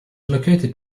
located